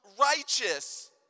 righteous